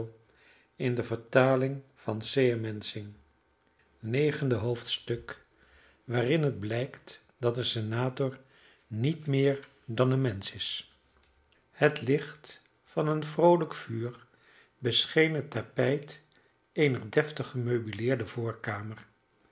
negende hoofdstuk waarin het blijkt dat een senator niet meer dan een mensch is het licht van een vroolijk vuur bescheen het tapijt eener deftig gemeubileerde